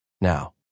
now